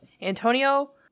Antonio